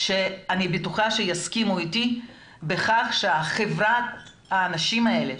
שאני בטוחה שיסכימו אתי בכך שהאנשים האלה,